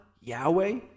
Yahweh